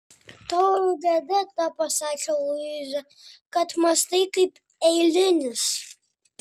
tavo bėda ta pasakė luiza kad mąstai kaip eilinis